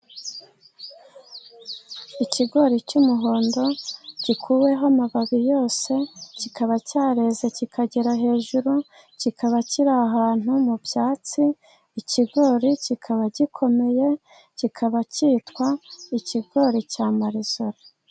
Ikigori cy'umuhondo, gikuweho amababi yose, kikaba cyareze kikagera, hejuru kikaba kiri ahantu mu byatsi. Ikigori kikaba gikomeye, kikaba cyitwa ikigori cya marizori.